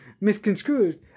misconstrued